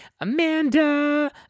Amanda